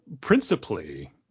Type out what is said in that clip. principally